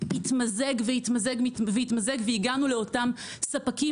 התמזג והתמזג והתמזג והגענו לאותם ספקים